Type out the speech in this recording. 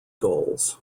goals